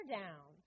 down